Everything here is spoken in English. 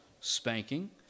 spanking